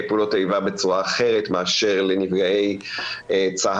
פעולות איבה בצורה אחרת מאשר לנפגעי צה"ל,